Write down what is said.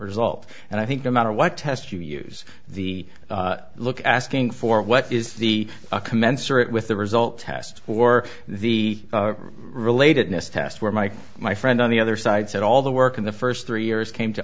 result and i think no matter what test you use the look asking for what is the commensurate with the result test for the relatedness test where mike my friend on the other side said all the work in the first three years came to